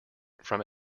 from